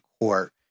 court